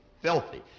filthy